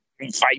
fight